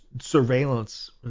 surveillance